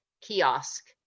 kiosk